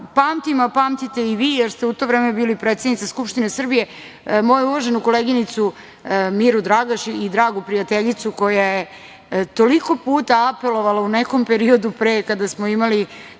pamtim, a pamtite i vi, jer ste u to vreme bili predsednica Skupštine Srbije, moju uvaženu koleginicu Miru Dragaš i dragu prijateljicu, koja je toliko puta apelovala u nekom periodu pre kada smo imali